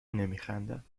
نمیخندم